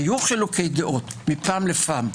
היו חילוקי דעות מפעם לפעם.